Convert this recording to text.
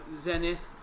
Zenith